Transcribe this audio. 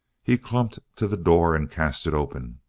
he clumped to the door and cast it open.